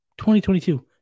2022